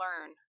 learn